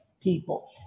people